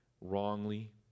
wrongly